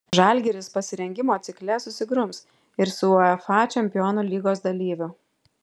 žalgiris pasirengimo cikle susigrums ir su uefa čempionų lygos dalyviu